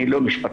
אני לא משפטן,